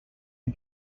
amb